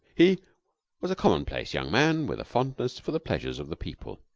he was a commonplace young man with a fondness for the pleasures of the people.